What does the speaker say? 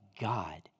God